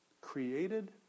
created